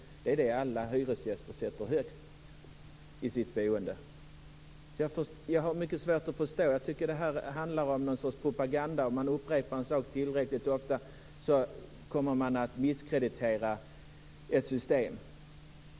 Det är det alla hyresgäster sätter högst i sitt boende. Jag har mycket svårt att förstå. Jag tycker att det här handlar om något slags propaganda. Om man upprepar en sak tillräckligt ofta kommer man att misskreditera ett system.